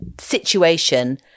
situation